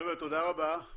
תודה רבה.